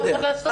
האלטרנטיבה?